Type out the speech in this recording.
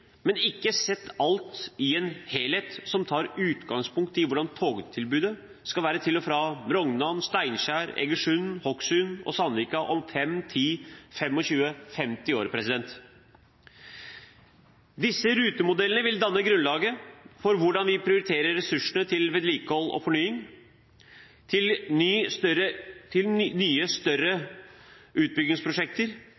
men ikke sett alt i en helhet som tar utgangspunkt i hvordan togtilbudet skal være til og fra Rognan, Steinkjer, Egersund, Hokksund og Sandvika om 5–10–25–50 år. Disse rutemodellene vil danne grunnlaget for hvordan vi prioriterer ressursene til vedlikehold og fornying, til nye større utbyggingsprosjekter,